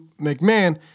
McMahon